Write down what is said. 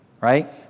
right